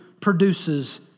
produces